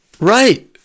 Right